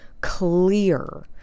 clear